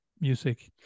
music